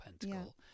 pentacle